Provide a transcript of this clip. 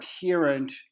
coherent